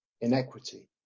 inequity